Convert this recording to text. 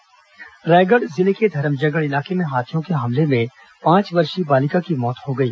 हाथी हमला रायगढ़ जिले के धरमजयगढ़ इलाके में हाथियों के हमले से पांच वर्षीय बालिका की मौत हो गई